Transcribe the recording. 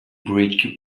break